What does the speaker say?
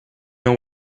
know